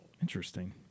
Interesting